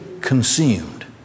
consumed